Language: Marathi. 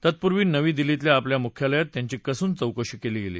तत्पूर्वी नवी दिल्लीतल्या आपल्या मुख्यालयात त्यांची कसून चौकशी केली